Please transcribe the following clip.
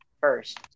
first